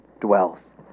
dwells